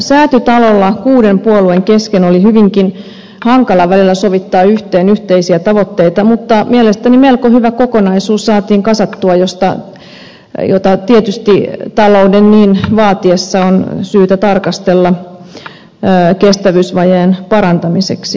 säätytalolla kuuden puolueen kesken oli hyvinkin hankala välillä sovittaa yhteen yhteisiä tavoitteita mutta mielestäni saatiin kasattua melko hyvä kokonaisuus jota tietysti talouden niin vaatiessa on syytä tarkastella kestävyysvajeen parantamiseksi